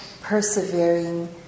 persevering